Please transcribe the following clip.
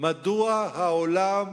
מדוע העולם